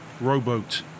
rowboat